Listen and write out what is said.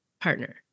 partner